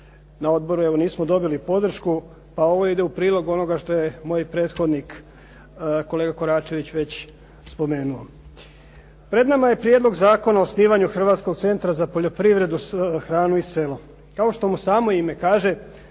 na odboru evo nismo dobili podršku, a ovo ide u prilog onoga što je moj prethodnik kolega Koračević već spomenuo. Pred nama je Prijedlog zakona o osnivanju hrvatskog centra za poljoprivredu, hranu i selo,